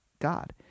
God